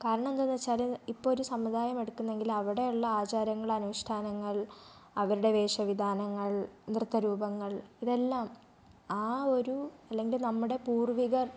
കാരണം എന്താണെന്ന് വെച്ചാൽ ഇപ്പോൾ ഒരു സമുദായം എടുക്കുന്നെങ്കിൽ അവിടെയുള്ള ആചാരങ്ങൾ അനുഷ്ടാനങ്ങൾ അവരുടെ വേഷ വിധാനങ്ങൾ നൃത്ത രൂപങ്ങൾ ഇതെല്ലം ആ ഒരു അല്ലെങ്കിൽ നമ്മുടെ പൂർവ്വികർ